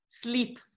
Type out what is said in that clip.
Sleep